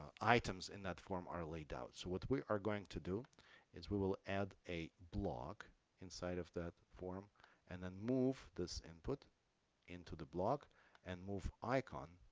items in that form are laid out so what we are going to do is we will add a block inside of that form and then move this input into the block and move icon